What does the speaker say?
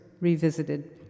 revisited